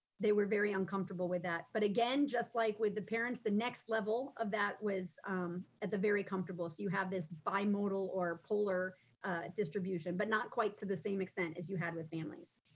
they were very uncomfortable with that. but again, just like with the parents, the next level of that was at the very comfortable so you have this bimodal or polar distribution, but not quite to the same extent as you had with families.